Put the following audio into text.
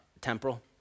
temporal